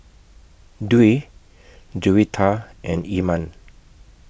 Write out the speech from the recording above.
Dwi Juwita and Iman